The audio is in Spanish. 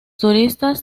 turistas